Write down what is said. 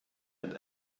and